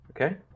Okay